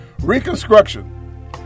Reconstruction